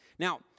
Now